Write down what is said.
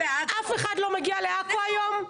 אף אחד לא מגיע לעכו היום.